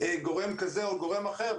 גורם כזה או גורם אחר,